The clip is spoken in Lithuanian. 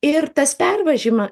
ir tas pervažima